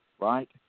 right